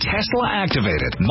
Tesla-activated